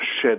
shed